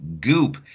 Goop